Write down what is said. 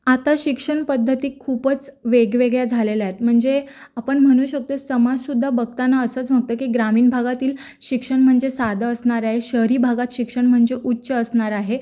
आता शिक्षण पद्धती खूपच वेगवेगळ्या झालेल्या आहेत म्हणजे आपण म्हणू शकतो समाजसुद्धा बघताना असंच बघतो की ग्रामीण भागातील शिक्षण म्हणजे साधं असणार आहे शहरी भागात शिक्षण म्हणजे उच्च असणार आहे